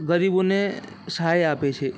ગરીબોને સહાય આપે છે